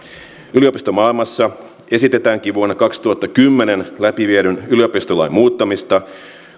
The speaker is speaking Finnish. yliopistomaailmassa esitetäänkin vuonna kaksituhattakymmenen läpiviedyn yliopistolain muuttamista